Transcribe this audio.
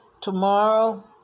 Tomorrow